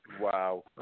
Wow